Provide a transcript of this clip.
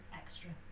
extra